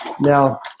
Now